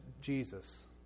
Jesus